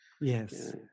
yes